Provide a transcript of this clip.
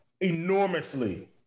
enormously